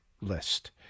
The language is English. list